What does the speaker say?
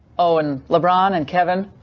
oh, and lebron and kevin,